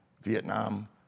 Vietnam